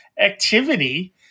activity